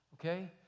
Okay